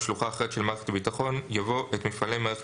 שלוחה אחרת של מערכת הבטחון" יבוא "את מפעלי מערכת